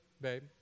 babe